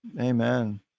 amen